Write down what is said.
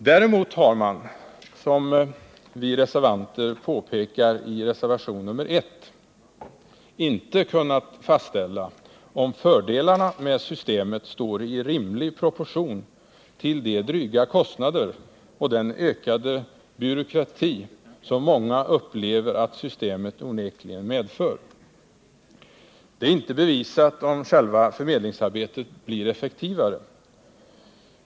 Däremot har man — som vi reservanter påpekar i reservationen 1 — inte kunnat fastställa om fördelarna med systemet står i rimlig proportion till de dryga kostnader och den ökade byråkrati som många upplever att systemet onekligen medför. Det är inte bevisat om själva förmedlingsarbetet blir effektivare.